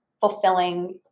fulfilling